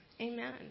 Amen